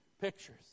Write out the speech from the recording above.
pictures